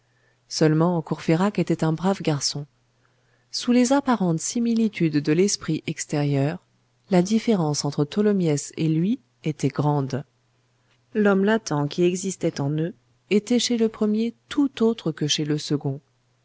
seulement courfeyrac était un brave garçon sous les apparentes similitudes de l'esprit extérieur la différence entre tholomyès et lui était grande l'homme latent qui existait en eux était chez le premier tout autre que chez le second